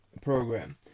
program